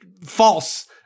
false